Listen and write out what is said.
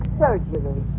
surgery